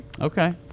Okay